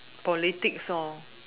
politics